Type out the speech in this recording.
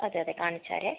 അതെ അതെ കാണിച്ചാരെ